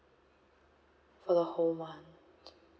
for the whole month